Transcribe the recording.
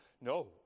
no